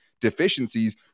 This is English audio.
deficiencies